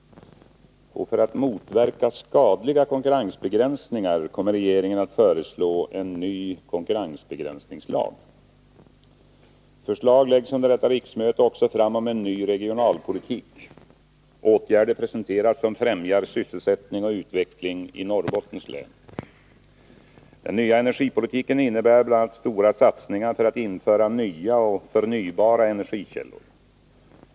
För att motverka skadliga konkurrensbegränsningar kommer regeringen att föreslå en ny konkurrensbegränsningslag. Förslag läggs under detta riksmöte också fram om en ny regionalpolitik. Åtgärder presenteras som främjar sysselsättning och utveckling i Norrbottens län. Den nya energipolitiken innebär bl.a. stora satsningar för att införa nya och förnybara energikällor.